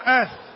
earth